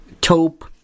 Taupe